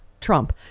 Trump